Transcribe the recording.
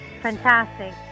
fantastic